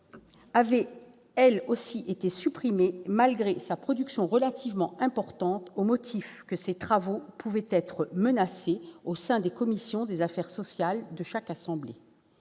avait été supprimé lui aussi, malgré sa production relativement importante, au motif que ses travaux pouvaient être menés au sein des commissions des affaires sociales de chaque assemblée.